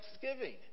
thanksgiving